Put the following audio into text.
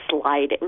sliding